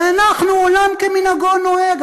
ואנחנו, עולם כמנהגו נוהג.